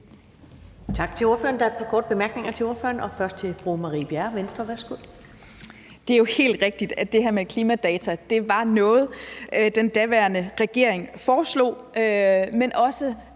Tak til ordføreren. Der er et par korte bemærkninger til ordføreren. Det er først fra fru Marie Bjerre, Venstre. Værsgo. Kl. 13:14 Marie Bjerre (V): Det er jo helt rigtigt, at det her med klimadata er noget, som den daværende regering foreslog, men det